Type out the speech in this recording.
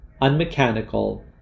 unmechanical